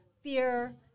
fear